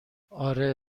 آره